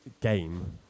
game